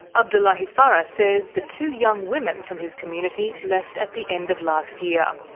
abdullahi farah says the two young women from his community left at the end of last year.